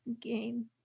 game